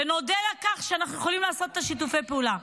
ונודה על כך שאנחנו יכולים לעשות את שיתופי הפעולה.